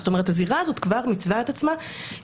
זאת אומרת, הזירה הזאת כבר מיצבה את עצמה כבלתי